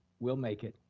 we'll make it.